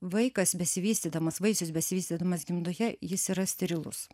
vaikas besivystydamas vaisius besivystydamas gimdoje jis yra sterilus